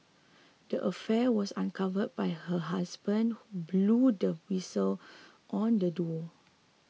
the affair was uncovered by her husband blew the whistle on the duo